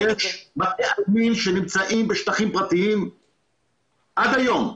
אתם יודעים שיש בתי עלמין שנמצאים בשטחים פרטיים עד היום?